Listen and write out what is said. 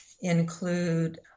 include